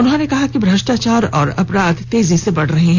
उन्होंने कहा कि भ्रष्टाचार और अपराध तेजी से बढ़ रहे हैं